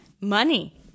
money